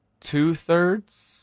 two-thirds